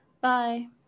Bye